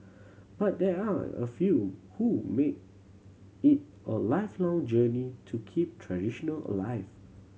but there are a few who make it a lifelong journey to keep traditional alive